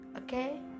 Okay